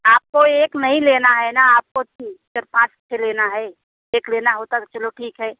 आपको एक नहीं लेना है ना आपको तीन चार पाँच लेना है एक लेना होता तो चलो ठीक है